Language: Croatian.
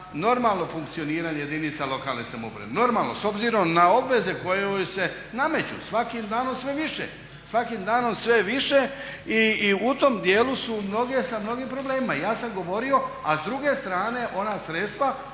normalno funkcioniranje jedinica lokalne samouprave, normalno, s obzirom na obveze koje joj se nameću, svakim danom sve više. I u tom dijelu su mnoge sa mnogim problemima. A s druge strane ona sredstva